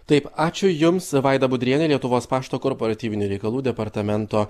taip ačiū jums vaida budriene lietuvos pašto korporatyvinių reikalų departamento